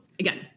Again